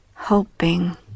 Hoping